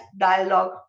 dialogue